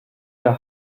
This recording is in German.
der